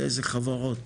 לאיזה חברות?